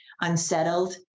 unsettled